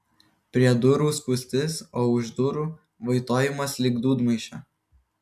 prie durų spūstis o už durų vaitojimas lyg dūdmaišio